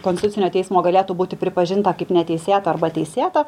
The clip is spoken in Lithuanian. konstitucinio teismo galėtų būti pripažinta kaip neteisėta arba teisėta